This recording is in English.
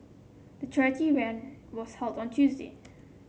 the charity run was held on Tuesday